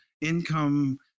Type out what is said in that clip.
income